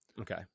Okay